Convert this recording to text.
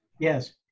Yes